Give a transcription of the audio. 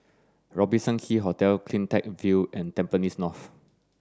Robertson Quay Hotel CleanTech View and Tampines North